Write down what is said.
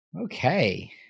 Okay